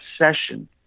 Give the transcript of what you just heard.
obsession